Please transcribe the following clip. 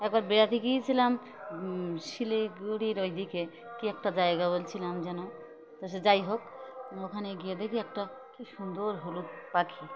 একবার বেড়াতে গিয়েছিলাম শিলিগুড়ির ওই দিকে কী একটা জায়গা বলছিলাম যেন তা সে যাই হোক ওখানে গিয়ে দেখি একটা কী সুন্দর হলুদ পাখি